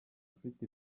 ufite